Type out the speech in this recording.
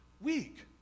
weak